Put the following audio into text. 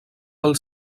del